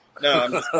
No